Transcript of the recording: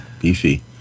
beefy